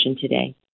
today